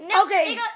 Okay